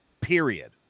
period